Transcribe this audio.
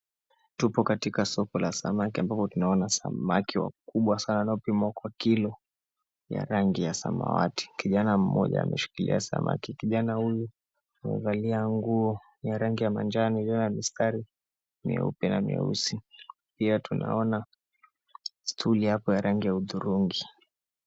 Tupo katika soko la samaki ambapo tunaona samaki wakubwa sana wakipimwa kwa kilo ya rangi ya samawati. Kijana mmoja ameshikilia samaki. Kijana huyu amevalia nguo ya rangi ya manjano iliyo na mistari meupe na meusi. Pia tunaona stool hapo ya rangi ya hudhurungi.